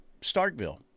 Starkville